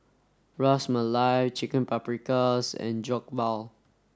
Ras Malai Chicken Paprikas and Jokbal